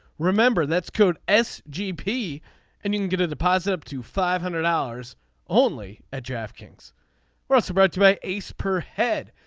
remember that's code s gp and you can get a deposit up to five hundred hours only at jeff king's cross about today. ace per head.